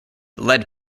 lead